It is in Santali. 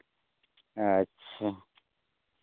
ᱟᱪᱪᱷᱟ